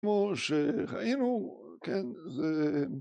‫כמו שראינו, כן, זה...